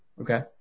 okay